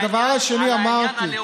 הדבר השני, אמרתי, על העניין הלאומי.